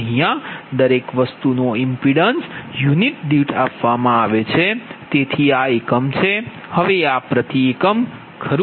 અહીયા દરેક વસ્તુનો ઇમ્પીડન્સ યુનિટ દીઠ આપવામાં આવે છે તેથી આ એકમ છે હવે આ પ્રતિ એકમ ખરું